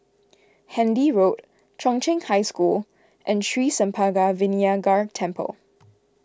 Handy Road Chung Cheng High School and Sri Senpaga Vinayagar Temple